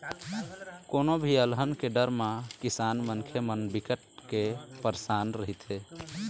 कोनो भी अलहन के डर म किसान मनखे मन बिकट के परसान रहिथे